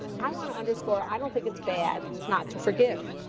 i want to underscore, i don't think it's bad not to forgive.